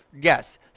Yes